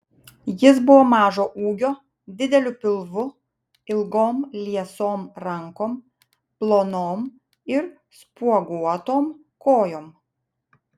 jis buvo mažo ūgio dideliu pilvu ilgom liesom rankom plonom ir spuoguotom kojom